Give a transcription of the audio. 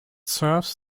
serves